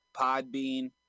Podbean